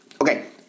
Okay